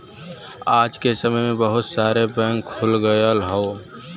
आज के समय में बहुत सारे बैंक खुल गयल हौ